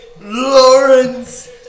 Lawrence